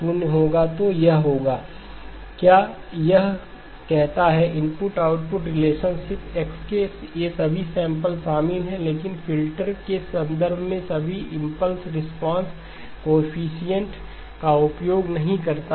तो यह होगा Y2 n K−∞X2mLhn−mL K−∞X2mLhn−mL यह क्या कहता है इनपुट आउटपुट रिलेशनशिप X के ये सभी सैंपल शामिल हैं लेकिन फिल्टर के संदर्भ में मैं सभी इंपल्स रिस्पांस कोएफ़िशिएंट्स का उपयोग नहीं करता हूं